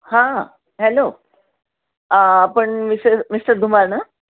हां हॅलो आपण mister mister Dhumal ना